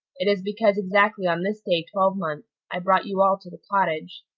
it is because exactly on this day twelvemonth i brought you all to the cottage.